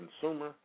consumer